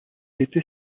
était